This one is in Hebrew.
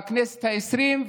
בכנסת העשרים,